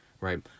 right